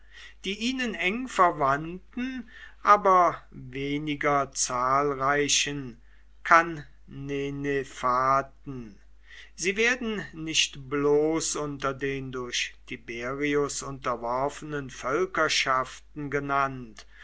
die ihnen eng verwandten aber weniger zahlreichen cannenefaten sie werden nicht bloß unter den durch tiberius unterworfenen völkerschaften genannt